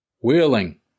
Wheeling